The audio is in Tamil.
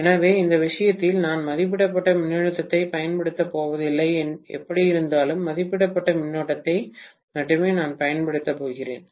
எனவே இந்த விஷயத்தில் நான் மதிப்பிடப்பட்ட மின்னழுத்தத்தைப் பயன்படுத்தப் போவதில்லை எப்படியிருந்தாலும் மதிப்பிடப்பட்ட மின்னோட்டத்தை மட்டுமே நான் பயன்படுத்தப் போகிறேன்